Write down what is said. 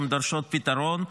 שדורשות פתרון.